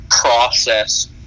process